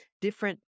different